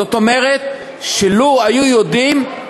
זאת אומרת שלו היו יודעים,